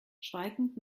schweigend